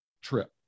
trip